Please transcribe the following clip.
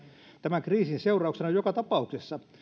tämän kriisin seurauksena joka tapauksessa